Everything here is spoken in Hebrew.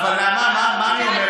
אבל נעמה, מה אני אומר?